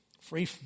free